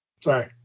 Sorry